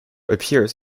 appears